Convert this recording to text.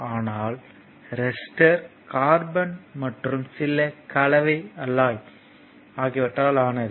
ஆனால் resistor carbon மற்றும் சில கலவை அலாய் ஆகியவற்றால் ஆனது